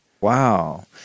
wow